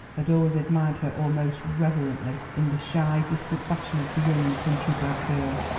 had always admired her almost reverently, in the shy, distant fashion of the young, country-bred girl.